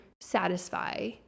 satisfy